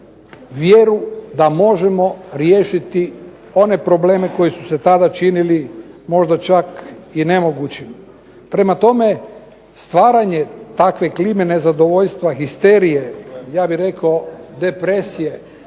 vjeru da možemo riješiti one probleme koji su se tada činili možda čak i nemogućim. Prema tome, stvaranje takve klime nezadovoljstva, histerije ja bih rekao depresije